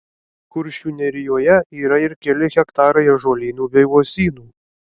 kuršių nerijoje yra ir keli hektarai ąžuolynų bei uosynų